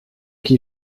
qui